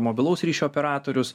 mobilaus ryšio operatorius